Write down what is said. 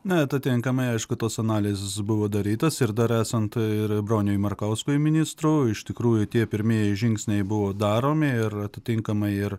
na atitinkamai aišku tos analizės buvo darytos ir dar esant ir broniui markauskui ministru iš tikrųjų tie pirmieji žingsniai buvo daromi ir atitinkamai ir